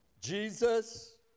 Jesus